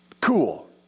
cool